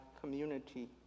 community